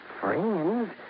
friends